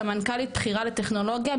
סמנכ"לית בכירה לטכנולוגיה,